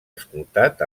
escoltat